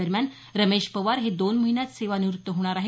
दरम्यान रमेश पवार हे दोन महिन्यांत सेवानिवृत्त होणार आहेत